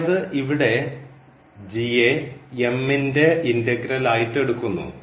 അതായത് ഇവിടെ യെ ൻറെ ഇൻറെഗ്രേൽ ആയിട്ട് എടുക്കുന്നു